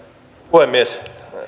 puhemies